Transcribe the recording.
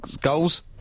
goals